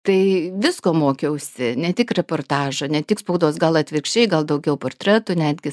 tai visko mokiausi ne tik reportažo ne tik spaudos gal atvirkščiai gal daugiau portretų netgi